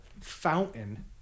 fountain